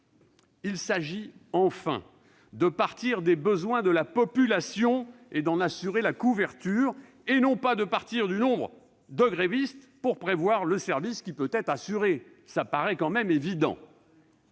Il s'agit, enfin, de partir des besoins de la population et d'en assurer la couverture, et non pas de partir du nombre de grévistes pour prévoir le service qui peut être assuré. Cela paraît tout de même évident